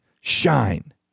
shine